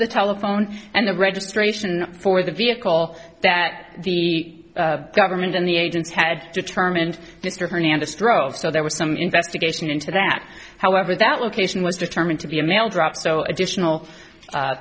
the telephone and the registration for the vehicle that the government and the agents had determined mr hernandez drove so there was some investigation into that however that location was determined to be a mail drop so additional